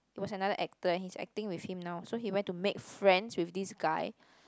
it was another actor and he's acting with him now so he went to make friends with this guy